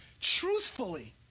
truthfully